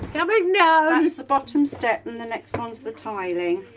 yeah um ah you know the bottom step and the next one's the tiling